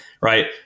right